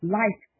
life